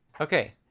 Okay